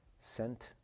sent